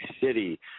City